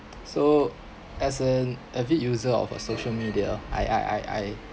so as an avid user of a social media I I I I